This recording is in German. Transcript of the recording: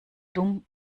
dumm